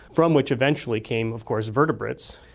from which eventually came, of course, vertebrates.